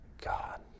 God